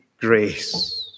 grace